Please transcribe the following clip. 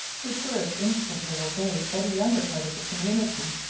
which were as instantly obeyed by the younger part of the community,